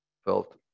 Felt